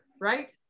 right